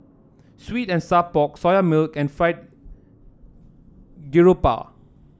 sweet and Sour Pork Soya Milk and Fried Garoupa